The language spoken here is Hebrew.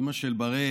אימא של בראל,